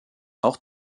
auch